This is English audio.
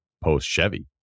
post-Chevy